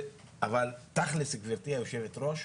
אבל תכלס גברתי יושבת הראש,